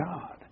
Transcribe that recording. God